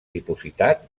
dipositat